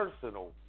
personal